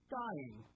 dying